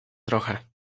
trochę